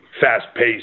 fast-paced